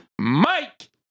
Mike